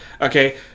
okay